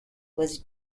was